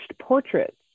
portraits